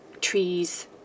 trees